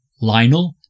Lionel